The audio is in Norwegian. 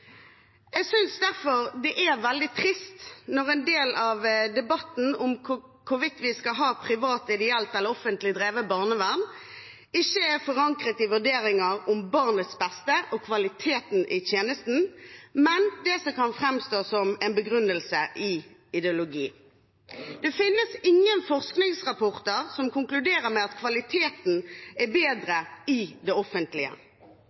Jeg synes derfor det er veldig trist når en del av debatten om hvorvidt vi skal ha et privat, ideelt eller offentlig drevet barnevern, ikke er forankret i vurderinger av barnets beste og kvaliteten i tjenesten, men framstår som begrunnet i ideologi. Det finnes ingen forskningsrapporter som konkluderer med at kvaliteten er bedre i det offentlige.